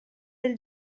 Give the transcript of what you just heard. del